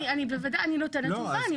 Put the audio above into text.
אני נותנת תשובה.